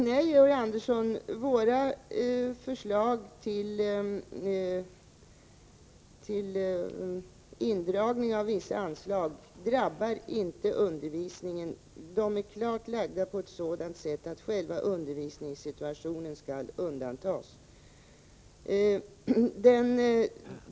Nej, Georg Andersson, våra förslag till indragning av vissa anslag drabbar inte undervisningen. De är utformade på ett sådant sätt att själva undervisningssituationen skall undantas.